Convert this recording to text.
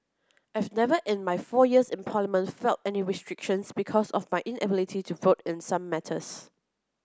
I've never in my four years in Parliament felt any restrictions because of my inability to vote in some matters